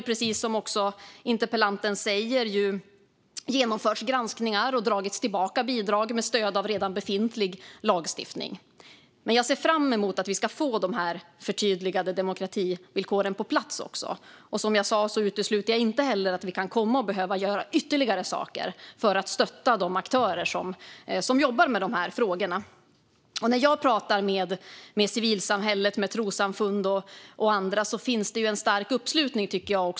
Precis som interpellanten säger har det genomförts granskningar och dragits tillbaka bidrag med stöd av redan befintlig lagstiftning. Men jag ser fram emot att vi ska få de förtydligade demokrativillkoren på plats. Som jag sa utesluter jag inte heller att vi kan behöva göra ytterligare saker för att stötta de aktörer som jobbar med dessa frågor. När jag pratar med civilsamhället, med trossamfund och andra märker jag att det finns en stark uppslutning.